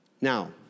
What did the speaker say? Now